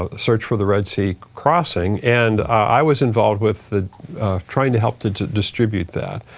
ah search for the red sea crossing and i was involved with the trying to help to to distribute that.